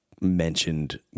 mentioned